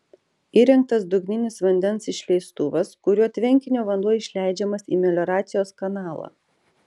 įrengtas dugninis vandens išleistuvas kuriuo tvenkinio vanduo išleidžiamas į melioracijos kanalą